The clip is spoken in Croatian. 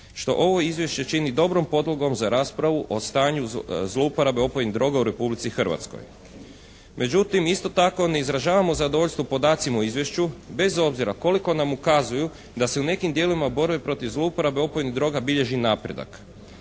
što ovo izvješće čini dobrom podlogom za raspravu o stanju zlouporabe opojnih droga u Republici Hrvatskoj. Međutim, isto tako ne izražavamo zadovoljstvo podacima o izvješću bez obzira koliko nam ukazuju da se u nekim dijelovima borbe protiv zlouporabe opojnih droga bilježi napredak.